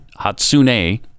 Hatsune